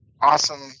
awesome